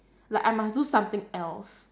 like I must do something else